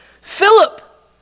Philip